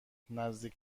نزدیک